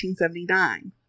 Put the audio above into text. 1879